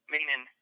Meaning